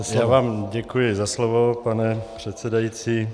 Já vám děkuji za slovo, pane předsedající.